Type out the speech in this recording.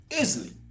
Easily